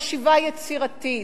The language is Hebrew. חשיבה יצירתית,